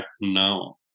now